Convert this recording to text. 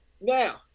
Now